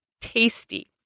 tasty